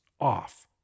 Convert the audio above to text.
off